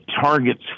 targets